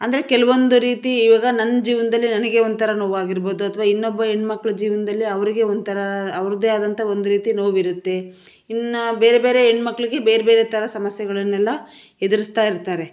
ಅಂದರೆ ಕೆಲ್ವೊಂದು ರೀತಿ ಇವಾಗ ನನ್ನ ಜೀವನ್ದಲ್ಲಿ ನನಗೆ ಒಂಥರ ನೋವಾಗಿರ್ಬೋದು ಅಥವಾ ಇನ್ನೊಬ್ಬ ಹೆಣ್ಮಕ್ಳ ಜೀವನದಲ್ಲಿ ಅವರಿಗೆ ಒಂಥರ ಅವ್ರದ್ದೇ ಆದಂಥ ಒಂದು ರೀತಿ ನೋವು ಇರುತ್ತೆ ಇನ್ನು ಬೇರೆ ಬೇರೆ ಹೆಣ್ಮಕ್ಳಿಗೆ ಬೇರೆ ಬೇರೆ ಥರ ಸಮಸ್ಯೆಗಳನ್ನೆಲ್ಲ ಎದುರಿಸ್ತಾ ಇರ್ತಾರೆ